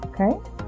Okay